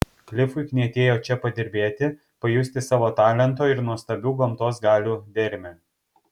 klifui knietėjo čia padirbėti pajusti savo talento ir nuostabių gamtos galių dermę